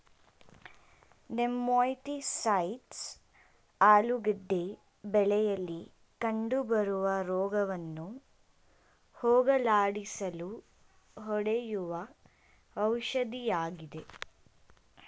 nematicides ಆಲೂಗೆಡ್ಡೆ ಬೆಳೆಯಲಿ ಕಂಡುಬರುವ ರೋಗವನ್ನು ಹೋಗಲಾಡಿಸಲು ಹೊಡೆಯುವ ಔಷಧಿಯಾಗಿದೆ